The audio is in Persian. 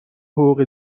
حقوق